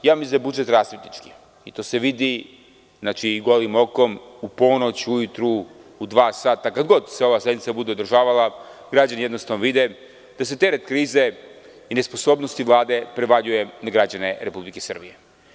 Mislim da je budžet rasipnički i to se vidi golim okom u ponoć, ujutru, u dva sata, kad god se ova sednica bude održavala, građani jednostavno vide da se teret krize i nesposobnosti Vlade prevaljuje na građane Republike Srbije.